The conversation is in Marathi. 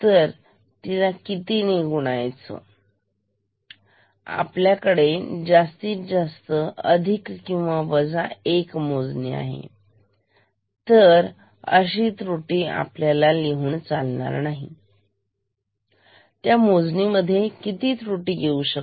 अगदी काही पटींनी अगदी 1 ह्या संख्येने ठीक तर आपल्याकडे आहे जास्तीत जास्त अधिक किंवा वजा 1 मोजणीतर ही अशी त्रुटी आपल्याला मिळू शकते आणि मग frequency मोजणी मध्ये किती त्रुटी येऊ शकते